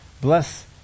bless